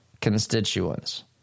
constituents